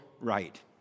right